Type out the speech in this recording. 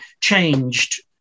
changed